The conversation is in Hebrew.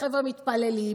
החבר'ה מתפללים,